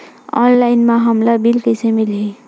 Online म हमला bill कइसे मिलही?